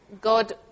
God